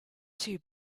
too